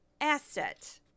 asset